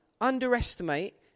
underestimate